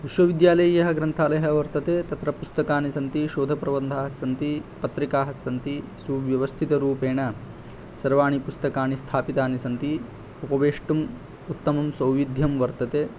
विश्वविद्यालयीयग्रन्थालयः वर्तते तत्र पुस्तकानि सन्ति शोधप्रबन्धाः सन्ति पत्रिकाः सन्ति सुव्यवस्थितरूपेण सर्वाणि पुस्तकानि स्थापितानि सन्ति उपवेष्टुम् उत्तमं सौविध्यं वर्तते